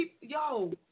Yo